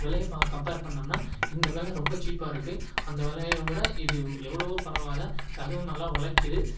விலைய பா கம்பேர் பண்ணமுனால் இந்த விலை ரொம்ப சீப்பாக இருக்குது அந்த விலைய விட இது எவ்வளவோ பரவாயில்ல அதுவும் நல்லா ஒழைக்கிது